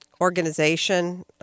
organization